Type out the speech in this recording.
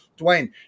Dwayne